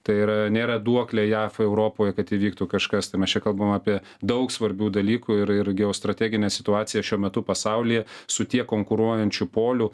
tai yra nėra duoklė jav europoj kad įvyktų kažkas tai mes čia kalbam apie daug svarbių dalykų ir irgi o strateginė situacija šiuo metu pasaulyje su tiek konkuruojančių polių